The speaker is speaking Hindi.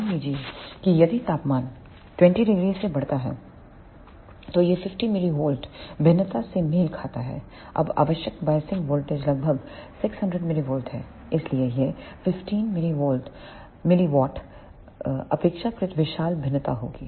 मान लीजिए कि यदि तापमान 20 0 से बढ़ता है तो यह 50 mV भिन्नता से मेल खाता है अब आवश्यक बायसिंग वोल्टेज लगभग 600 mV है इसलिए यह 15 mW अपेक्षाकृत विशाल भिन्नता होगी